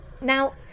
Now